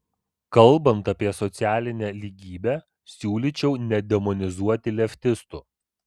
kalbant apie socialinę lygybę siūlyčiau nedemonizuoti leftistų